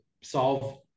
solve